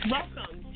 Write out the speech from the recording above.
Welcome